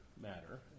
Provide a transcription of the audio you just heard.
matter